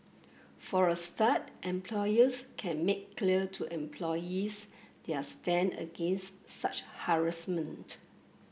for a start employers can make clear to employees their stand against such harassment